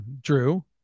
Drew